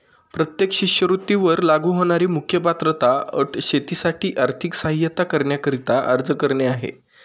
प्रत्येक शिष्यवृत्ती वर लागू होणारी मुख्य पात्रता अट शेतीसाठी आर्थिक सहाय्यता करण्याकरिता अर्ज करणे आहे